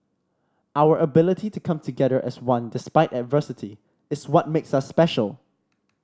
our ability to come together as one despite adversity is what makes us special